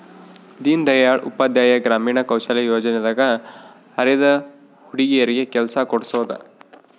ದೀನ್ ದಯಾಳ್ ಉಪಾಧ್ಯಾಯ ಗ್ರಾಮೀಣ ಕೌಶಲ್ಯ ಯೋಜನೆ ದಾಗ ಅರೆದ ಹುಡಗರಿಗೆ ಕೆಲ್ಸ ಕೋಡ್ಸೋದ